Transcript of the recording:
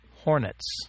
hornets